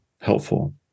helpful